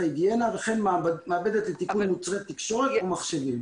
היגיינה וכן מעבדת לתיקון מוצרי תקשורת ומחשבים.